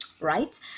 right